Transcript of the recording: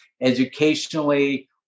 educationally